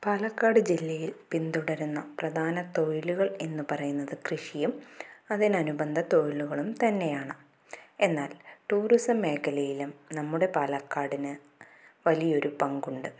പാലക്കാട് ജില്ലയിൽ പിന്തുടരുന്ന പ്രധാന തൊഴിലുകൾ എന്നു പറയുന്നത് കൃഷിയും അതിനു അനുബന്ധ തൊഴിലുകളും തന്നെയാണ് എന്നാൽ ടൂറിസം മേഖലയിലും നമ്മുടെ പാലക്കാടിന് വലിയ ഒരു പങ്കുണ്ട്